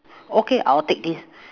okay I'll take this